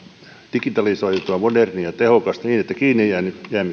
digitalisoitu moderni ja tehokas niin että kiinni jäämisen